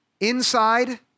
inside